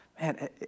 man